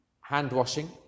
Hand-washing